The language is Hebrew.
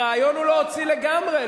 הרעיון הוא להוציא לגמרי,